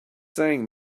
saying